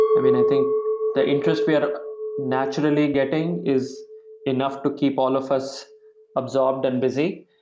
i mean, i think the interest we are naturally getting is enough to keep all of us absorbed and busy.